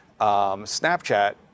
Snapchat